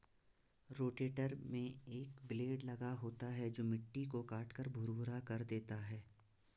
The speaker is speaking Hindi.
रोटेटर में एक ब्लेड लगा होता है जो मिट्टी को काटकर भुरभुरा कर देता है